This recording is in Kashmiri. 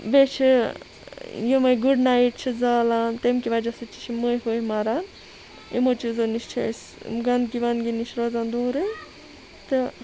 بیٚیہِ چھِ یِمَے گُڈنایٹ چھِ زالان تمہِ کہِ وجہ سۭتۍ چھِ یِم مٔہیہِ پٔہیہِ مَران اِمو چیٖزو نِش چھِ أسۍ گنٛدگی ونٛدگی نِش روزان دوٗرٕے تہٕ